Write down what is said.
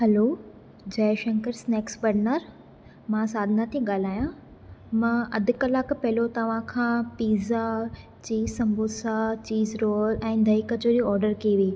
hello Jai Shankar snacks बरनार मां साधना थी ॻाल्हायां मां अधु कलाकु पहिरियों तव्हां खां pizza cheese samosa cheese roll ऐं दही कचौड़ी आर्डर कई हुई